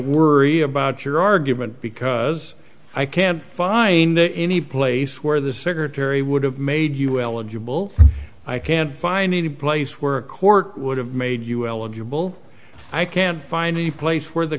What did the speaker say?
worry about your argument because i can't find any place where the secretary would have made ul and you will i can't find any place where a court would have made you eligible i can't find any place where the